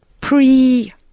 pre